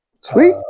Sweet